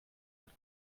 not